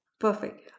Perfect